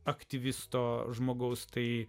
aktyvisto žmogaus tai